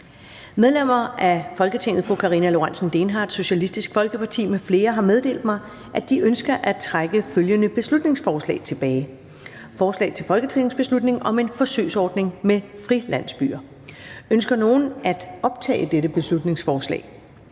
Medlemmer af Folketinget Karina Lorentzen Dehnhardt (SF) m.fl. har meddelt mig, at de ønsker at trække følgende beslutningsforslag tilbage: Forslag til folketingsbeslutning om en forsøgsordning med frilandsbyer. (Beslutningsforslag nr. 270). Ønsker nogen at optage dette beslutningsforslag?